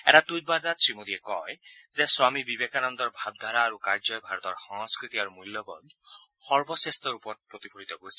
এটা টুইটবাৰ্তাত শ্ৰীমোদীয়ে কয় যে স্বামী বিবেকানন্দৰ ভাবধাৰা আৰু কাৰ্যই ভাৰতৰ সংস্কৃতি আৰু মূল্যবোধ সৰ্বশ্ৰেষ্ঠৰূপত প্ৰতিফলিত হৈছিল